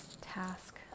task